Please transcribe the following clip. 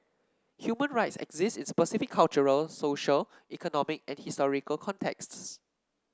human rights exist in specific cultural social economic and historical contexts